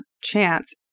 chance